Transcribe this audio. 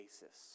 basis